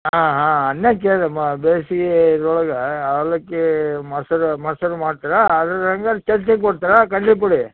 ಹಾಂ ಹಾಂ ಅದನ್ನೆ ಕೇಳದೆ ಮ ಬೇಸಗೆ ಇದ್ರೊಳಗೆ ಅವಲಕ್ಕಿ ಮೊಸರು ಮೊಸರು ಮಾಡ್ತೀರಾ ಅದರ ಹೇಗೆ ಚಟ್ನಿ ಕೊಡ್ತೀರಾ ಕಡ್ಲೆ ಪುಡಿ